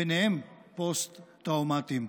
ובהם פוסט-טראומטיים.